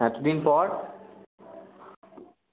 এতদিন পর